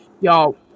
y'all